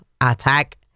attack